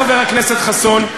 חבר הכנסת חסון,